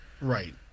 Right